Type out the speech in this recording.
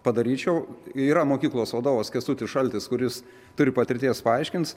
padaryčiau yra mokyklos vadovas kęstutis šaltis kuris turi patirties paaiškins